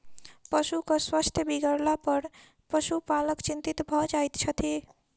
पशुक स्वास्थ्य बिगड़लापर पशुपालक चिंतित भ जाइत छथि